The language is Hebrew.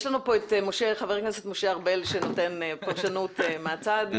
יש לנו את ח"כ משה ארבל שנותן פרשנות מהצד.